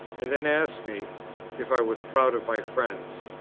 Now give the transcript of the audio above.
and then asked me if i was proud of my friends.